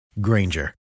Granger